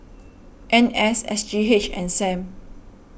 N S S G H and Sam